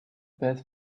bad